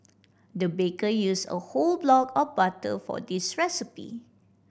the baker used a whole block of butter for this recipe